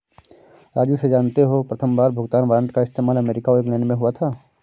राजू से जानते हो प्रथमबार भुगतान वारंट का इस्तेमाल अमेरिका और इंग्लैंड में हुआ था